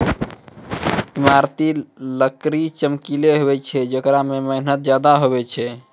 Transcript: ईमारती लकड़ी चमकिला हुवै छै जेकरा मे मेहनत ज्यादा हुवै छै